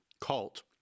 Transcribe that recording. cult